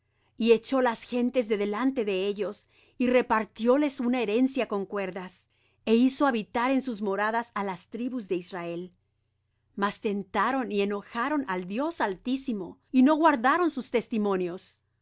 y echó las gentes de delante de ellos y repartióles una herencia con cuerdas e hizo habitar en sus moradas á las tribus de israel mas tentaron y enojaron al dios altísimo y no guardaron sus testimonios